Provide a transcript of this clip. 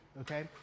okay